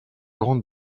grande